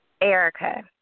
Erica